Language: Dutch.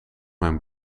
mijn